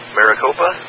Maricopa